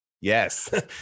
Yes